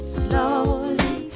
slowly